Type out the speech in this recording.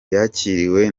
yakiriwe